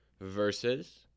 versus